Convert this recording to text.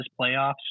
playoffs